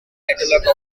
catalogue